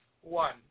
one